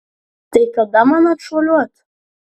tai kada man atšuoliuot